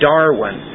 Darwin